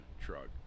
truck